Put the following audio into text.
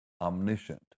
omniscient